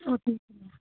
okay ஓகேங்க